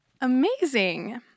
Amazing